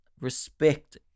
respect